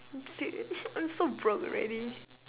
empty I'm so broke already